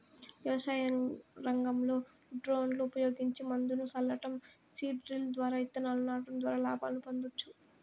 వ్యవసాయంలో డ్రోన్లు ఉపయోగించి మందును సల్లటం, సీడ్ డ్రిల్ ద్వారా ఇత్తనాలను నాటడం ద్వారా లాభాలను పొందొచ్చు